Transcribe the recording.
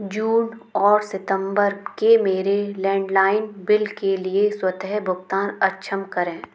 जून और सितम्बर के मेरे लैंडलाइन बिल के लिए स्वतः भुगतान अक्षम करें